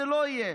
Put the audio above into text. זה לא יהיה.